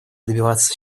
добиваться